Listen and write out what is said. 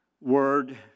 word